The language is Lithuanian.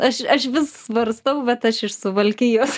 aš aš vis svarstau bet aš iš suvalkijos